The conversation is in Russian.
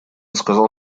сказал